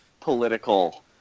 political